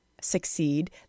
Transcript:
succeed